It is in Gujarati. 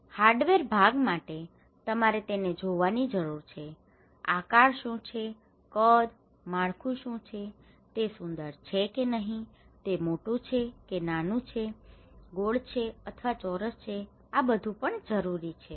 હાર્ડવેર ભાગ માટે તમારે તેને જોવાની જરૂર છે આકાર શું છે કદ માળખું શું છે તે સુંદર છે કે નહીં તે મોટું છે કે નાનું તે ગોળ અથવા ચોરસ છે આ બધું પણ ખૂબ જરૂરી છે